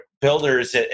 builders